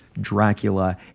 Dracula